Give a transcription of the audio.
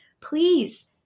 please